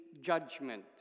judgment